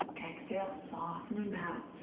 exhale. soften and bwo.